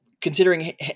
considering